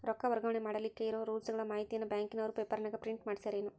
ರೊಕ್ಕ ವರ್ಗಾವಣೆ ಮಾಡಿಲಿಕ್ಕೆ ಇರೋ ರೂಲ್ಸುಗಳ ಮಾಹಿತಿಯನ್ನ ಬ್ಯಾಂಕಿನವರು ಪೇಪರನಾಗ ಪ್ರಿಂಟ್ ಮಾಡಿಸ್ಯಾರೇನು?